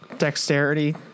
Dexterity